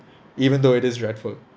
even though it is dreadful